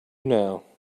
now